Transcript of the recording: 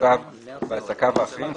עיסוקיו ועסקיו האחרים,